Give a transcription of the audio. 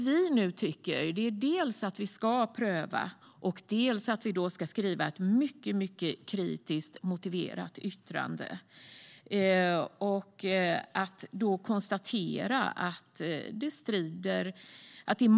KU tycker att det ska ske en prövning och att ett mycket kritiskt motiverat yttrande ska skrivas.